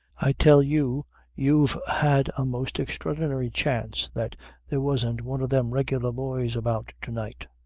i tell you you've had a most extraordinary chance that there wasn't one of them regular boys about to-night,